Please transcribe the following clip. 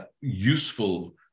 useful